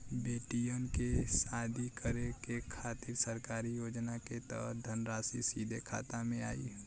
बेटियन के शादी करे के खातिर सरकारी योजना के तहत धनराशि सीधे खाता मे आई?